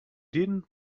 didn’t